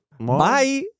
Bye